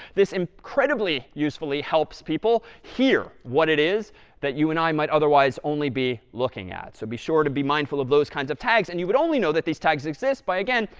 this incredibly usefully helps people hear what it is that you and i might otherwise only be looking at. so be sure to be mindful of those kinds of tags, and you would only know that these tags exist by, again,